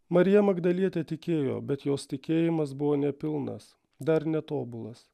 marija magdalietė tikėjo bet jos tikėjimas buvo nepilnas dar netobulas